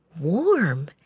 warm